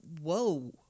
whoa